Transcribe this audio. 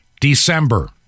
December